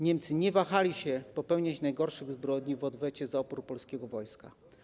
Niemcy nie wahali się popełniać najgorszych zbrodni w odwecie za opór polskiego wojska.